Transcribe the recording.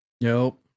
nope